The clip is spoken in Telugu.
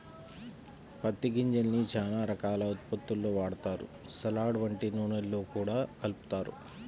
పత్తి గింజల్ని చానా రకాల ఉత్పత్తుల్లో వాడతారు, సలాడ్, వంట నూనెల్లో గూడా కలుపుతారు